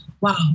wow